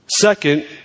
Second